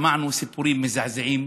שמענו סיפורים מזעזעים.